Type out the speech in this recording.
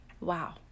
Wow